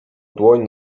dłoń